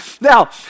Now